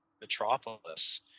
metropolis